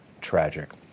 tragic